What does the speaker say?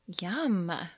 Yum